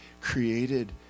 created